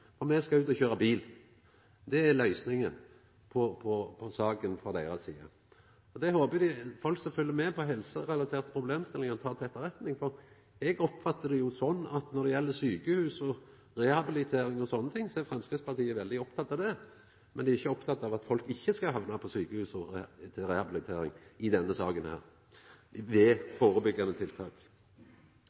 me skal ut og kjøra bil. Det er løysinga på saka frå deira side. Det håper eg folk som følgjer med på helserelaterte problemstillingar, tek til etterretning, for eg oppfattar det sånn at når det gjeld sjukehus og rehabilitering og sånne ting, er Framstegspartiet veldig oppteke av det, men er i denne saka ikkje oppteke av førebyggjande tiltak, slik at folk ikkje skal hamna på sjukehus eller på rehabilitering. Eg vil heller ikkje lata saksordføraren gå heilt fri her.